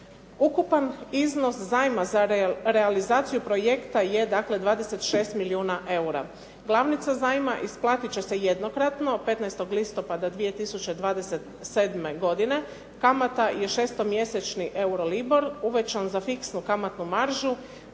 Ukupan iznos zajma za realizaciju projekta je dakle 26 milijuna eura. Glavnica zajma isplatit će se jednokratno 15. listopada 2027. godine. Kamata je šestomjesečni Euro LIBOR uvećan za fiksnu kamatnu maržu.